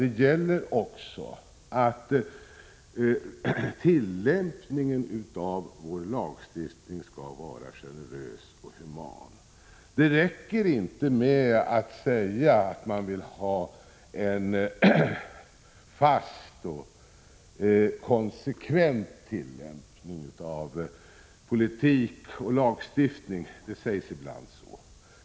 Det gäller också att tillämpningen av vår lagstiftning skall vara generös och human. Det räcker inte med att säga att man vill ha en fast och konsekvent tillämpning av politik och lagstiftning, vilket ibland sägs.